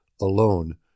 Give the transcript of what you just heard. alone